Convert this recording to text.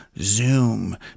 Zoom